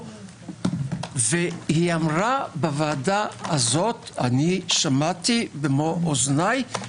אמרה בוועדה הזו, שמעתי במו אוזניי,